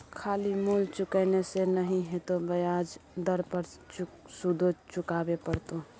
खाली मूल चुकेने से नहि हेतौ ब्याज दर पर सुदो चुकाबे पड़तौ